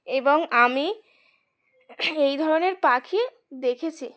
এবং আমি এই ধরনের পাখি দেখেছি